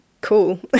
Cool